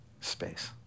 space